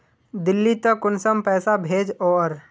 दिल्ली त कुंसम पैसा भेज ओवर?